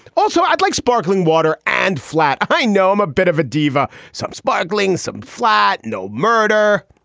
also, i'd like sparkling water and flat. i know i'm a bit of a diva. some sparkling, some flat. no murder.